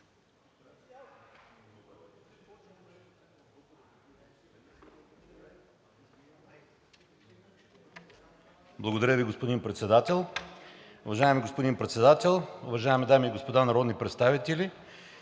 Благодаря, господин Председател. Уважаеми господин Председател, уважаеми колеги народни представители!